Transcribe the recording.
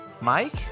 Mike